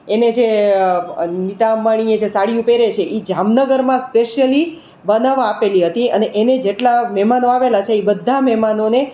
એને જે નીતા અંબાણીએ જે સાડી પહેરે છે એ જામનગરમાં સ્પેશિયલી બનાવવા આપેલી હતી અને એને જેટલા મહેમાનો આવેલા છે એ બધા મહેમાનોને